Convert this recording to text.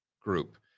group